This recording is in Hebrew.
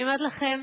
אני אומרת לכם,